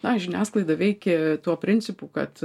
na žiniasklaida veikia tuo principu kad